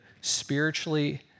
spiritually